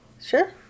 Sure